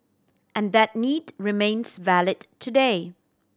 and that need remains valid today